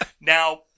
Now